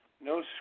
no